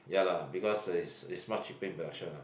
ya lah because it's it's much a big production lah